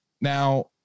now